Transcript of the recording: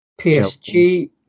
PSG